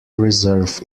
reserve